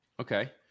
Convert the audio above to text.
okay